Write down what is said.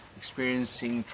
experiencing